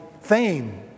fame